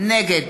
נגד